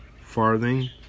farthing